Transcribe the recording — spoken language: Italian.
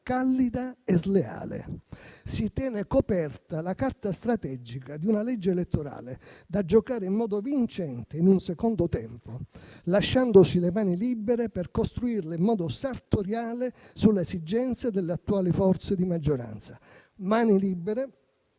callida e sleale: si tiene coperta la carta strategica di una legge elettorale, da giocare in modo vincente in un secondo tempo, lasciandosi le mani libere per costruirla in modo sartoriale sulle esigenze delle attuali forze di maggioranza; mani libere